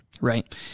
right